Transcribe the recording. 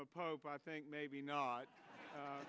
the pope i think maybe not